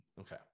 okay